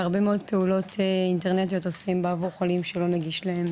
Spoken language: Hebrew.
הרבה מאוד פעולות אינטרנטיות עושים בעבור חולים שלא נגיש להם